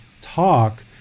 talk